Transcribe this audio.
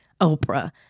Oprah